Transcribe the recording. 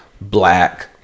black